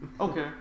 okay